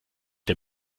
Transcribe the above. der